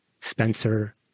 Spencer